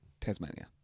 Tasmania